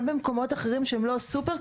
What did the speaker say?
גם במקומות אחרים שהם לא הסופר,